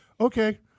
okay